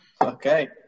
Okay